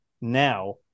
now